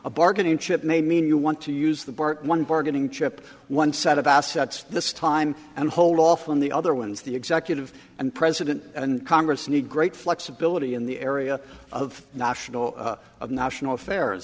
a bargaining chip may mean you want to use the port one bargaining chip one set of assets this time and hold off on the other ones the executive and president and congress need great flexibility in the area of national of national affairs